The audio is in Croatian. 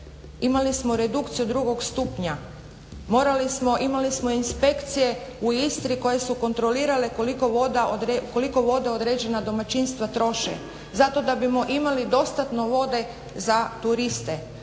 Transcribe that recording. imali smo redukciju 2. stupnja, imali smo inspekcije u Istri koje su kontrolirale koliko vode određena domaćinstva troše zato da bismo imali dostatno vode za turiste,